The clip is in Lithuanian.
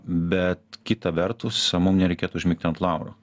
bet kita vertus mum nereikėtų užmigti ant laurų